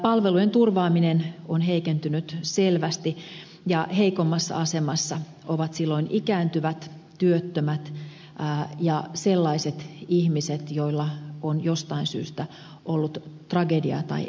palvelujen turvaaminen on heikentynyt selvästi ja heikoimmassa asemassa ovat silloin ikääntyvät työttömät ja sellaiset ihmiset joilla on jostain syystä ollut tragediaa tai epäonnea elämässä